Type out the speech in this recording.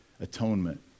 Atonement